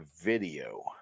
video